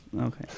Okay